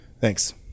Thanks